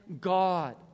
God